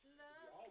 love